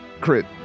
Crit